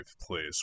place